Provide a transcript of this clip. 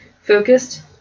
focused